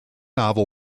novel